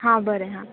हां बरें हा